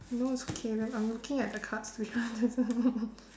no it's okay wait I'm looking at the cards which I'm